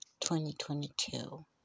2022